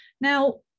Now